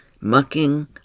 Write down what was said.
Mucking